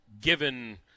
given